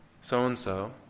so-and-so